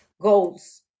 goals